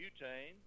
Butane